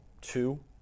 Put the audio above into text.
two